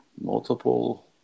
multiple